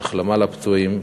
החלמה לפצועים,